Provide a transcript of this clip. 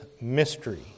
mystery